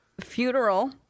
funeral